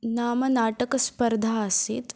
नाम नाटकस्पर्धा आसीत्